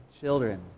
children